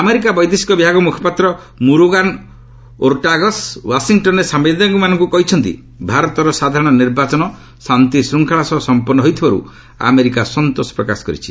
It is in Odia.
ଆମେରିକା ବୈଦେଶିକ ବିଭାଗ ମୁଖପାତ୍ର ମୁରୋଗାନ୍ ଓର୍ଟାଗସ୍ ଓ୍ୱାଶିଂଟନ୍ରେ ସାମ୍ବାଦିକମାନଙ୍କୁ କହିଛନ୍ତି ଭାରତର ସାଧାରଣ ନିର୍ବାଚନ ଶାନ୍ତିଶୃଙ୍ଖଳା ସହ ସମ୍ପନ୍ତ ହୋଇଥିବାରୁ ଆମେରିକା ସନ୍ତୋଷ ପ୍ରକାଶ କରିଛି